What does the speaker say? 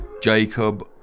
Jacob